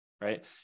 right